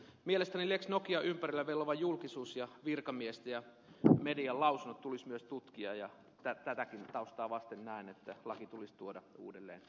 mielestäni lex nokian ympärillä vellova julkisuus ja virkamiesten ja median lausunnot tulisi myös tutkia ja tätäkin taustaa vasten näen että laki tulisi tuoda uudelleen eduskuntaan